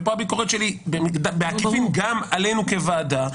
ופה הביקורת שלי בעקיפין גם עלינו כוועדה,